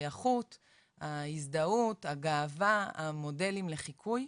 ההזדהות, הגאווה, המודלים לחיקוי.